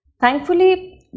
Thankfully